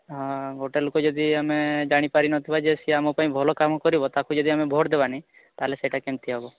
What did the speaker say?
ହଁ ଗୋଟେ ଲୋକ ଯଦି ଆମେ ଜାଣିପାରିନଥିବା ଯେ ସିଏ ଆମପାଇଁ ଭଲ କାମ କରିବ ତାକୁ ଯଦି ଆମେ ଭୋଟ ଦେବାନି ତାହାଲେ ସେଟା କେମତି ହେବ